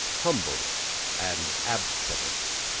humbless, and abstinence,